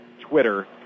twitter